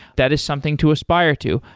that is something to aspire to.